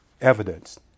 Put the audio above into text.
evidence